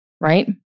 right